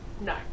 No